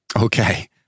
Okay